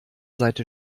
seite